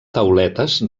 tauletes